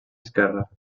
esquerra